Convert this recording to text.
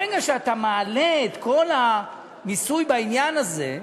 ברגע שאתה מעלה את כל המס בעניין הזה,